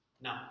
No